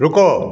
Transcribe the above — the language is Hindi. रुको